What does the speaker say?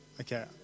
Okay